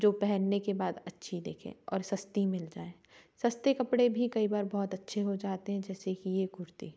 जो पहनने के बाद अच्छी दिखे और सस्ती मिल जाए सस्ते कपड़े भी कई बार बहुत अच्छे हो जाते हैं जैसे कि ये कुर्ती